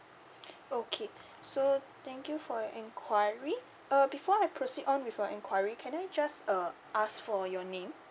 okay so thank you for your enquiry err before I proceed on with a enquiry can I just uh ask for your name